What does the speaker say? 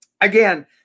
Again